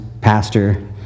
pastor